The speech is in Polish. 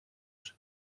oczy